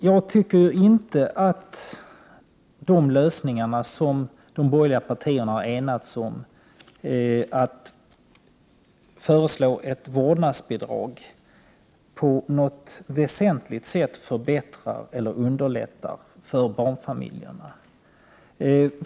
Jag tycker inte att den lösning som de borgerliga partierna har enats om, att föreslå ett vårdnadsbidrag, på något väsentligt sätt förbättrar eller underlättar för barnfamiljerna.